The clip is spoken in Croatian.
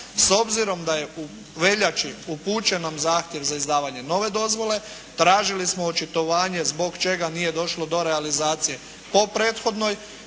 s obzirom da je u veljači upućen nam zahtjev za izdavanje nove dozvole, tražili smo očitovanje zbog čega nije došlo do realizacije po prethodnoj.